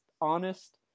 honest